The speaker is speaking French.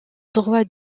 droit